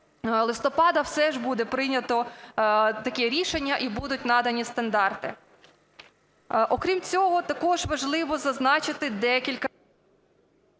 листопада все ж буде прийнято таке рішення і будуть надані стандарти. Окрім цього також важливо зазначити декілька...